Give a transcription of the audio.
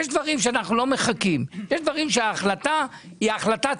יש דברים שאנחנו לא מחכים איתם, וההחלטה ציבורית.